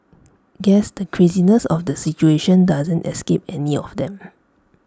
guess the craziness of the situation doesn't escape any of them